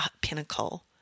pinnacle